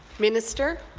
minister.